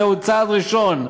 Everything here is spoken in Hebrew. זהו צעד ראשון,